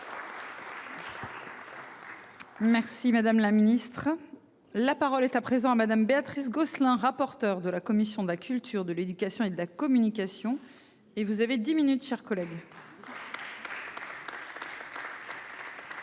Merci madame la ministre. La parole est à présent à madame Béatrice Gosselin, rapporteur de la commission de la culture de l'éducation et de la communication et vous avez 10 minutes, chers collègues. Madame